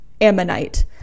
ammonite